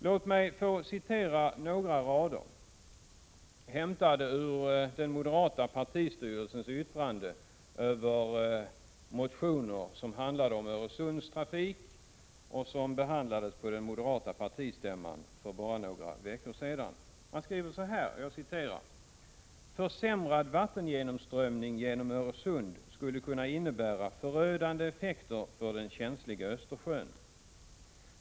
Låt mig få citera några rader hämtade ur den moderata partistyrelsens yttrande över motioner som handlade om Öresundstrafiken och som behandlades på den moderata partistämman för bara några veckor sedan. Man skriver följande: ”Försämrad vattengenomströmning genom Öresund skulle kunna innebä 51 ra förödande effekter för den känsliga Östersjön.